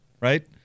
right